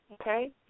okay